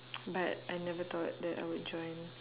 but I never thought that I would join